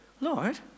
Lord